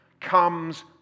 comes